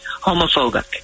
Homophobic